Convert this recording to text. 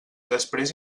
després